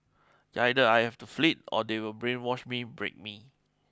either I have to flee or they will brainwash me break me